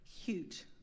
huge